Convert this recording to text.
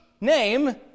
name